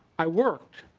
i work.